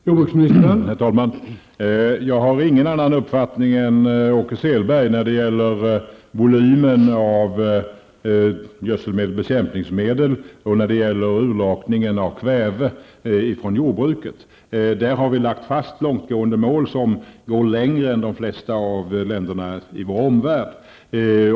Herr talman! Jag har ingen annan uppfattning än Åke Selberg när det gäller volymen av handelsgödsel och bekämpningsmedel och när det gäller urlakningen av kväve från jordbruket. Därvidlag har vi lagt fast mål som är mer långtgående än vad som förekommer i de flesta länder i vår omvärld.